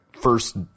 first